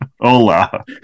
Hola